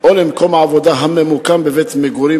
או למקום עבודה הממוקם בבית מגורים